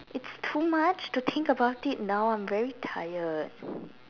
it's too much to think about it now I'm very tired